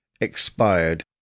expired